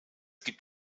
gibt